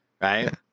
right